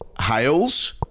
Hales